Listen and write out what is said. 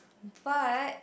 but